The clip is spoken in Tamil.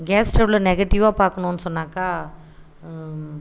கேஸ் ஸ்டவ்வில நெகட்டிவாக பார்க்கணுன்னு சொன்னாக்கா